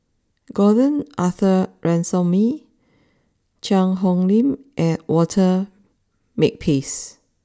Gordon Arthur Ransome Cheang Hong Lim and Walter Makepeace